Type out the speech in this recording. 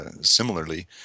similarly